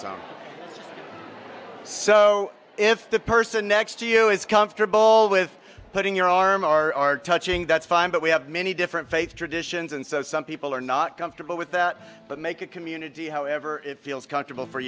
starts so if the person next to you is comfortable with putting your arm or touching that's fine but we have many different faith traditions and so some people are not comfortable with that but make a community however it feels comfortable for